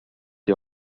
die